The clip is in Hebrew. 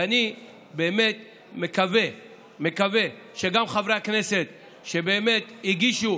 ואני באמת מקווה שחברי הכנסת שהגישו